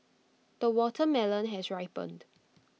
the watermelon has ripened